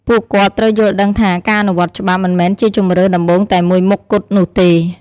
ពួកគាត់ត្រូវយល់ដឹងថា ការអនុវត្តច្បាប់មិនមែនជាជម្រើសដំបូងតែមួយមុខគត់នោះទេ។